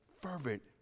fervent